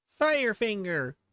Firefinger